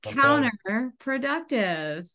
counterproductive